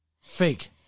fake